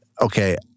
okay